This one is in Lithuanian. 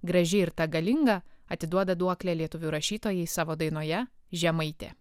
graži ir ta galinga atiduoda duoklę lietuvių rašytojai savo dainoje žemaitė